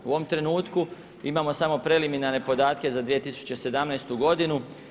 U ovom trenutku imamo samo preliminarne podatke za 2017. godinu.